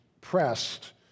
pressed